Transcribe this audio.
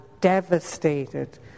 devastated